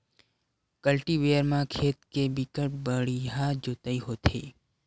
cultivator म खेत के बिकट बड़िहा जोतई होथे